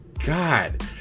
God